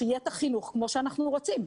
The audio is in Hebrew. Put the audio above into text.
שיהיה את החינוך כמו שאנחנו רוצים,